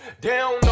Down